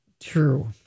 True